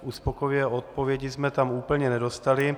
Uspokojivé odpovědi jsme tam úplně nedostali.